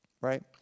Right